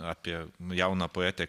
apie jauną poetę